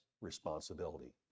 responsibility